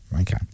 Okay